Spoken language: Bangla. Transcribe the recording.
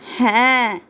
হ্যাঁ